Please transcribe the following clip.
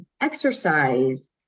exercise